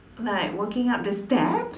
like walking up the steps